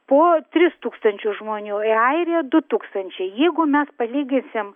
po tris tūkstančius žmonių į airiją du tūkstančiai jeigu mes palyginsim